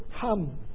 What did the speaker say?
come